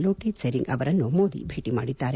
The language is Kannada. ಲೋಟೆ ತ್ಸೆರಿಂಗ್ ಅವರನ್ನು ಭೇಟಿ ಮಾಡಿದ್ದಾರೆ